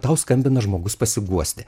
tau skambina žmogus pasiguosti